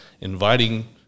inviting